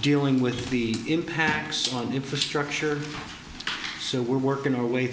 dealing with the impacts more infrastructure so we're working our way